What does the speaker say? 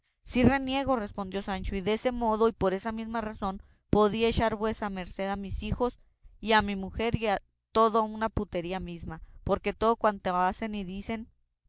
sí reniego respondió sancho y dese modo y por esa misma razón podía echar vuestra merced a mí y hijos y a mi mujer toda una putería encima porque todo cuanto hacen y dicen